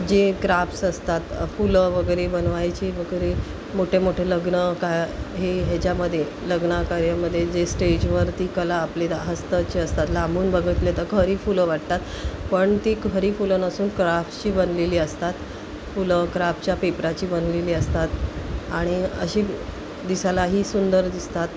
जे क्राफ्ट्स असतात फुलं वगैरे बनवायचे वगैरे मोठे मोठे लग्न का हे ह्याच्यामध्ये लग्नकार्यामध्ये जे स्टेजवर ती कला आपले हस्ताची असतात लांबून बघितले तर खरी फुलं वाटतात पण ती खरी फुलं नसून क्राफ्टची बनलेली असतात फुलं क्राफ्टच्या पेपराची बनलेली असतात आणि अशी दिसायलाही सुंदर दिसतात